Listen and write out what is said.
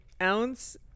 ounce